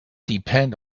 depend